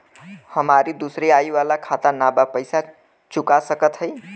हमारी दूसरी आई वाला खाता ना बा पैसा चुका सकत हई?